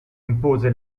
impose